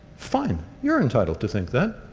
fine, you are entitled to think that.